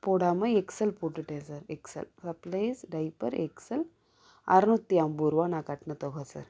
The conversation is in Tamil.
போடாமல் எக்ஸ்எல் போட்டுட்டேன் sir XL supplies diaper XL அறநூற்றி ஐம்பதுருவா நான் கட்டின தொகை சார்